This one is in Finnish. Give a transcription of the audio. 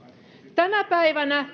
tänä päivänä